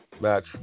match